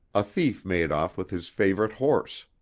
a thief made off with his favorite horse.